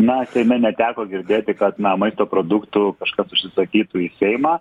na seime neteko girdėti kad na maisto produktų kažkas užsisakytų į seimą